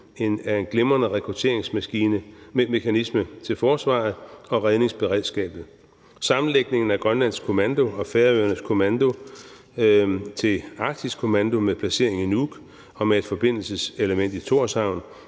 er en glimrende rekrutteringsmekanisme til forsvaret og redningsberedskabet. Sammenlægningen af Grønlands Kommando og Færøernes Kommando til Arktisk Kommando med placering i Nuuk og med et forbindelseselement i Thorshavn